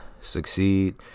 succeed